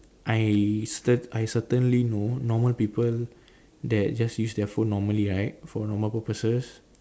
I cer~ I certainly know normal people that just use their phone normally right for normal purposes